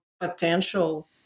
potential